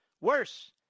Worse